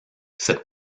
cette